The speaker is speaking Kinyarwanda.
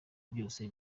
byose